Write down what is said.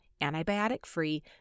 antibiotic-free